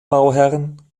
bauherren